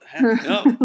No